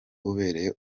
ubereye